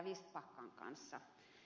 vistbackan kanssa